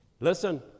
Listen